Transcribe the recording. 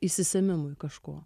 įsisėmimui kažko